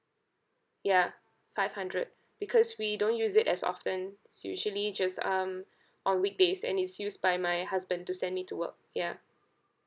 ya five hundred because we don't use it as often it's usually just um on weekdays and it's used by my husband to send me to work ya